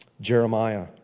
Jeremiah